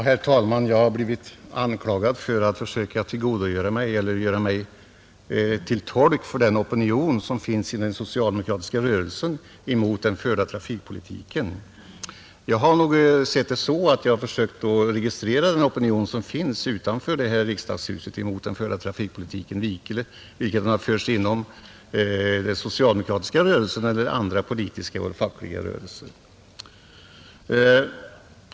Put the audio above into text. Herr talman! Jag har här blivit anklagad för att söka göra mig till tolk för den opinion som finns i den socialdemokratiska rörelsen mot den förda politiken. Jag har emellertid sett det så att jag velat registrera den opinion som utanför detta hus finns mot den förda trafikpolitiken både inom den socialdemokratiska rörelsen och inom andra politiska eller fackliga rörelser.